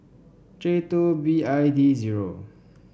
J two B I D zero